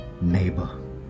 neighbor